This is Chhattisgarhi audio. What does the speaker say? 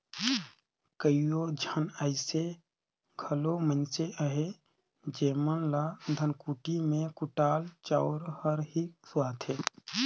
कइयो झन अइसे घलो मइनसे अहें जेमन ल धनकुट्टी में कुटाल चाँउर हर ही सुहाथे